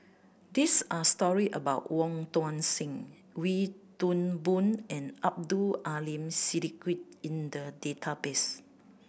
this are story about Wong Tuang Seng Wee Toon Boon and Abdul Aleem Siddique in the database